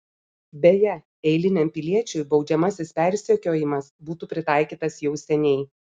beje eiliniam piliečiui baudžiamasis persekiojimas būtų pritaikytas jau seniai